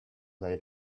they